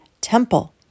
temple